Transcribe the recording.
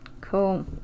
Cool